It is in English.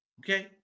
Okay